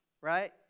right